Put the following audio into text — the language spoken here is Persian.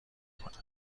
کند